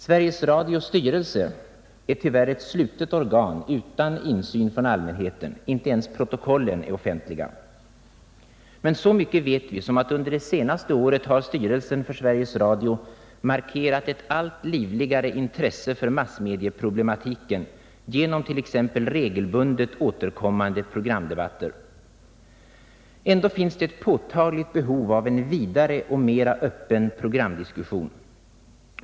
Sveriges Radios styrelse är tyvärr ett slutet organ utan insyn från allmänheten. Inte ens protokollen är offentliga. Men så mycket vet vi som att under det senaste året har styrelsen för Sveriges Radio markerat ett allt livligare intresse för massmedieproblematiken genom t.ex. regelbundet återkommande programdebatter. Ändå finns det ett påtagligt behov av en vidare och mera öppen programdiskussion.